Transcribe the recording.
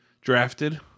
drafted